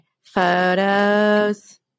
Photos